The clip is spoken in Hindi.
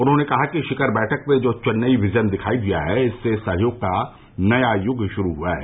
उन्होंने कहा कि शिखर बैठक में जो चेन्नई विजन दिखाई दिया है इससे सहयोग का नया युग गुरू हुआ है